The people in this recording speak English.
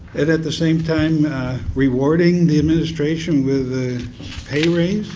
and at the same time rewarding the administration with a pay raise?